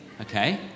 okay